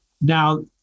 Now